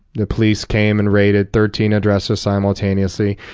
the police came and raided thirteen addresses simultaneously,